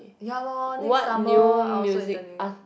ya lor next summer I also interning